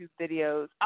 videos